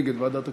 נגד ועדת כספים.